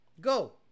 Go